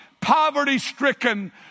poverty-stricken